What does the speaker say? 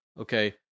Okay